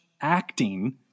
acting